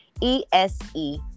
E-S-E